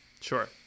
Sure